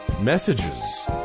messages